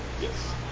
Yes